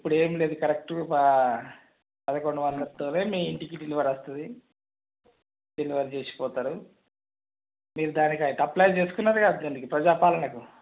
ఇప్పుడు ఏమి లేదు కరక్టు పా పందకొండు వందలతోనే మీ ఇంటికి డెలివరీ వస్తుంది డెలివరీ చేసి పోతారు మీరు దానికి అయితే అప్లై చేసుకున్నారుగా దీనికి ప్రజాపాలనకు